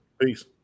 peace